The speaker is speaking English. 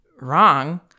wrong